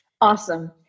Awesome